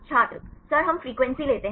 छात्र सर हम फ्रिक्वेंसी लेते हैं